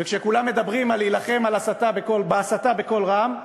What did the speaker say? וכשכולם מדברים על להילחם בהסתה בקול רם,